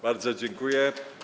Bardzo dziękuję.